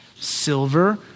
silver